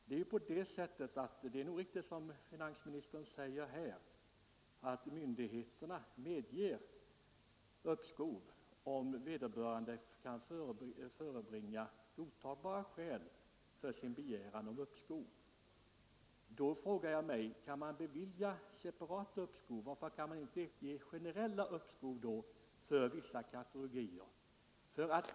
Det är nog riktigt som finansministern säger att myndigheterna medger uppskov om vederbörande kan förebringa godtagbara skäl för sin begäran om uppskov. Men om man kan bevilja separata uppskov, varför kan man då inte ge generella uppskov för vissa kategorier?